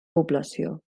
població